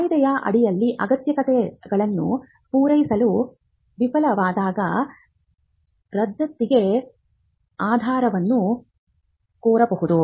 ಕಾಯಿದೆಯ ಅಡಿಯಲ್ಲಿ ಅಗತ್ಯತೆಗಳನ್ನು ಪೂರೈಸಲು ವಿಫಲವಾದಾಗ ರದ್ದತಿಗೆ ಆಧಾರವನ್ನು ಕೋರಬಹುದು